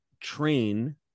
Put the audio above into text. train